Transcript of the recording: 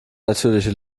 natürliche